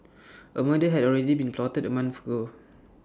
A murder had already been plotted A month ago